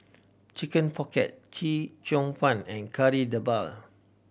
Chicken Pocket Chee Cheong Fun and Kari Debal